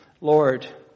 Lord